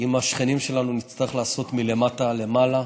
עם השכנים שלנו נצטרך לעשות מלמטה למעלה,